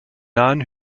nahen